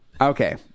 Okay